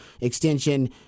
extension